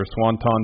swanton